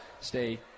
stay